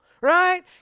right